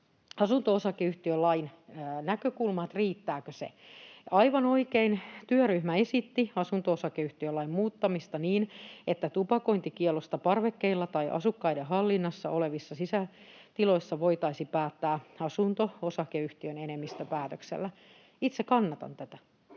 asunto-osakeyhtiölain näkökulmaa, että riittääkö se. Aivan oikein, työryhmä esitti asunto-osakeyhtiölain muuttamista niin, että tupakointikiellosta parvekkeilla tai asukkaiden hallinnassa olevissa sisätiloissa voitaisiin päättää asunto-osakeyhtiön enemmistöpäätöksellä. Itse kannatan tätä.